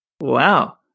Wow